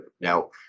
Now